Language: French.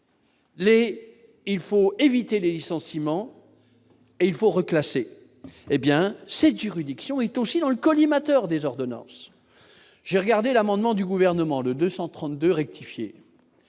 il faut éviter les licenciements et ils faut reclasser, hé bien cette juridiction est aussi dans le collimateur des ordonnances, j'ai regardé l'amendement du gouvernement de 232 rectifier